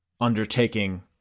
undertaking